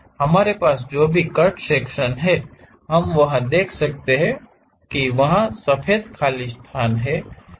इसलिए हमारे पास जो भी कट सेक्शन है हम वहां देख सकते हैं और यह सफेद खाली स्थान है